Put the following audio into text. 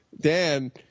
Dan